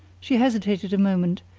she hesitated a moment,